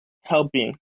helping